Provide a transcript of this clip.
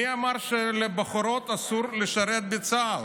מי אמר שלבחורות אסור לשרת בצה"ל?